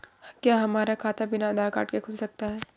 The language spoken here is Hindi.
क्या हमारा खाता बिना आधार कार्ड के खुल सकता है?